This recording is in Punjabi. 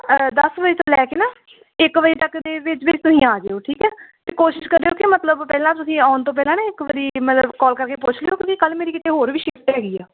ਦਸ ਵਜੇ ਤੋਂ ਲੈ ਕੇ ਨਾ ਇੱਕ ਵਜੇ ਤੱਕ ਦੇ ਵਿੱਚ ਵਿੱਚ ਤੁਸੀਂ ਆ ਜਾਇਓ ਠੀਕ ਹੈ ਅਤੇ ਕੋਸ਼ਿਸ਼ ਕਰਿਓ ਕਿ ਮਤਲਬ ਪਹਿਲਾਂ ਤੁਸੀਂ ਆਉਣ ਤੋਂ ਪਹਿਲਾਂ ਨਾ ਇੱਕ ਵਾਰੀ ਮਤਲਬ ਕਾਲ ਕਰਕੇ ਪੁੱਛ ਲਿਓ ਕਿਉਂਕਿ ਕੱਲ ਮੇਰੀ ਕਿਤੇ ਹੋਰ ਵੀ ਸ਼ਿਫਟ ਹੈਗੀ ਆ